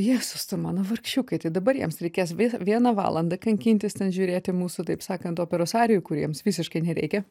jėzus tu mano vargšiukai tai dabar jiems reikės vieną valandą kankintis ten žiūrėt į mūsų taip sakant operos arijų kurių jiems visiškai nereikia